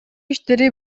иштери